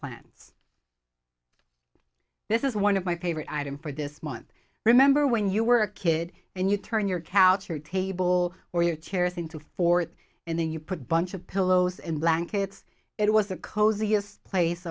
plans this is one of my favorite item for this month remember when you were a kid and you turn your couch or table or your chairs into for it and then you put bunch of pillows and blankets it was a